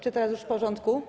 Czy teraz już w porządku?